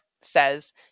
says